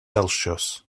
celsius